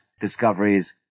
discoveries